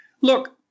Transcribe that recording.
look